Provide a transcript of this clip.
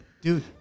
Dude